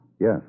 Yes